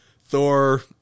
Thor